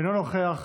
אינו נוכח,